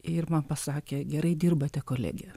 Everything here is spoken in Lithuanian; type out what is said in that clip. ir man pasakė gerai dirbate kolege